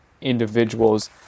individuals